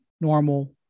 normal